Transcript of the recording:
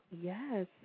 Yes